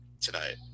tonight